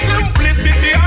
Simplicity